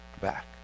back